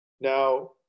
Now